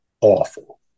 awful